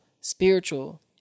spiritual